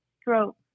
stroke